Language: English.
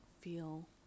feel